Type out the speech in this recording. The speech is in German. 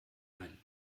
ein